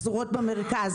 פזורות במרכז,